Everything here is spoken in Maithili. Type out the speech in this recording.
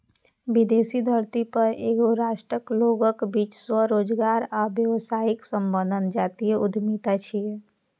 विदेशी धरती पर एके राष्ट्रक लोकक बीच स्वरोजगार आ व्यावसायिक संबंध जातीय उद्यमिता छियै